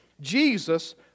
Jesus